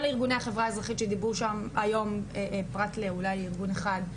כל ארגוני החברה האזרחית שדיברו היום פרט לאולי ארגון אחד,